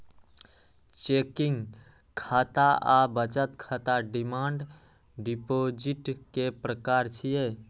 checking खाता आ बचत खाता डिमांड डिपोजिट के प्रकार छियै